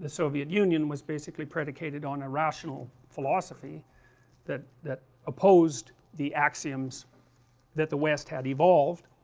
the soviet union was basically predicated on a rational philosophy that, that opposed the axioms that the west had evolved